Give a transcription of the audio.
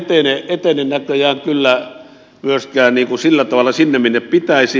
tämä ei etene näköjään kyllä myöskään sillä tavalla sinne minne pitäisi